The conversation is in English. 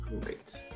great